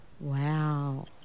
Wow